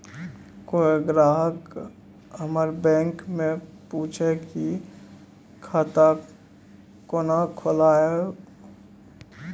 कोय ग्राहक हमर बैक मैं पुछे की खाता कोना खोलायब?